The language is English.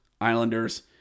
Islanders